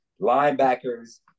linebackers